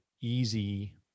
easy